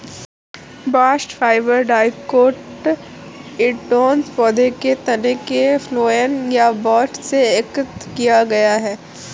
bast fibre dicotyledonous पौधों के तने के फ्लोएम या बस्ट से एकत्र किया गया है